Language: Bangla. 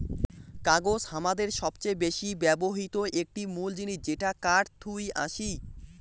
কাগজ হামাদের সবচেয়ে বেশি ব্যবহৃত একটি মুল জিনিস যেটা কাঠ থুই আসি